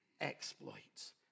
exploits